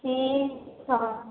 ठीक हइ